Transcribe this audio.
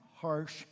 harsh